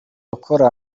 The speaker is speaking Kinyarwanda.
rukora